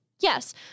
Yes